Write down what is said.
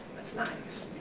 that's nice.